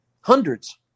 hundreds